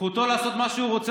זכותו לעשות מה שהוא רוצה.